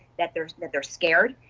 that they're that they're scared.